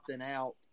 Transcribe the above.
out